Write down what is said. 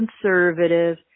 conservative